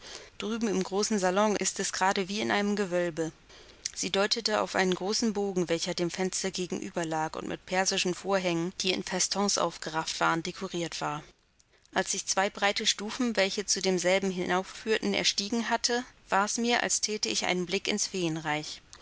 drüben im großen salon ist es gerade wie in einem gewölbe sie deutete auf einen großen bogen welcher dem fenster gegenüber lag und mit persischen vorhängen die in festons aufgerafft waren dekoriert war als ich zwei breite stufen welche zu demselben hinaufführten erstiegen hatte war mir's als thäte ich einen blick ins feenreich